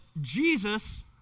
Jesus